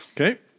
Okay